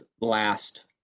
last